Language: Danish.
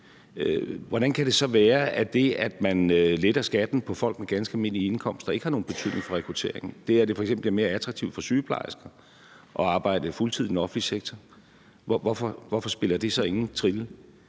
Hvordan kan det så være, at det, at man letter skatten for folk med ganske almindelige indkomster, ikke har nogen betydning for rekrutteringen? Det kan f.eks. være det, at det bliver mere attraktivt for sygeplejersker at arbejde på fuld tid i den offentlige sektor. Hvorfor spiller det så ingen trille?